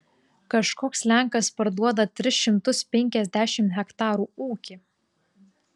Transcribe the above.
kažkoks lenkas parduoda tris šimtus penkiasdešimt hektarų ūkį